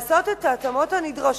לעשות את ההתאמות הנדרשות.